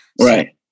Right